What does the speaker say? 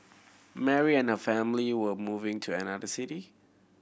Mary and her family were moving to another city